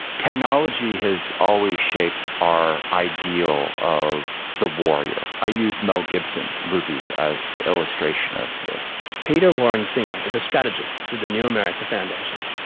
technology has always shaped our ideal of the warrior. i use mel gibson movies as the illustration of this. peter warren singer is a strategist with the new america foundation.